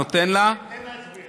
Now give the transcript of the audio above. נותנת לה,